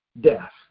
death